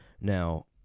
Now